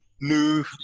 new